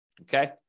okay